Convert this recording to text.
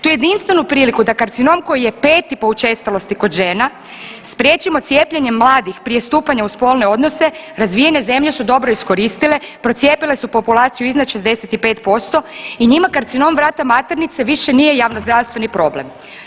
Tu jedinstvenu priliku da karcinom koji je peti po učestalosti kod žena spriječimo cijepljenjem mladih prije stupanja u spolne odnose razvijene zemlje su dobro iskoristile procijepile su populaciju iznad 65% i njima karcinom vrata maternice više nije javnozdravstveni problem.